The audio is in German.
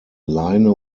leine